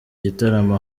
gitaramo